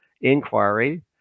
inquiry